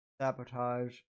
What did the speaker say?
...sabotage